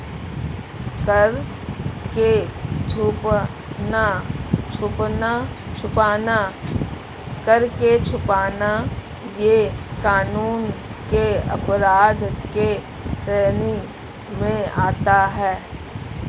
कर को छुपाना यह कानून के अपराध के श्रेणी में आता है